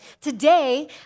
Today